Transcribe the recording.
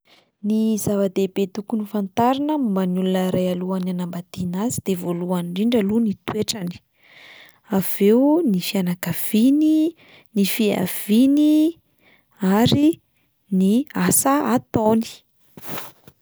Ny zava-dehibe tokony fantarina momba ny olona iray alohan'ny anambadiana azy de voalohany indrindra aloha ny toetrany m, avy eo ny fianakaviany, ny fiaviany ary ny asa ataony.